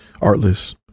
Artless